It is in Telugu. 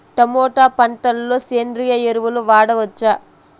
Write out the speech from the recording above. టమోటా పంట లో సేంద్రియ ఎరువులు వాడవచ్చా?